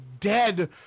dead